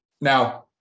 Now